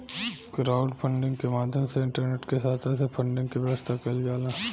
crowdfunding के माध्यम से इंटरनेट के सहायता से फंडिंग के व्यवस्था कईल जाला